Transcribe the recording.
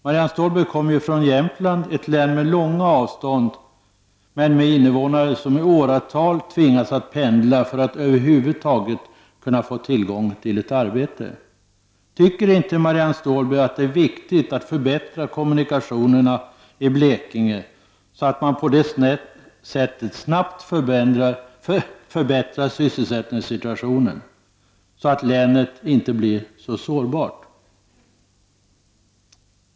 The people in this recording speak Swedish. Marianne Stålberg kommer ju från Jämtland — ett län med långa avstånd, men med innevånare som i åratal tvingats att pendla för att över huvud taget kunna få tillgång till arbete. Tycker inte Marianne Stålberg att det är viktigt att förbättra kommunikationerna i Blekinge för att på det sättet snabbt förbättra sysselsättningssituationen så att länet inte blir så sårbart?